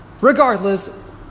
Regardless